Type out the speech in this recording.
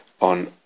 on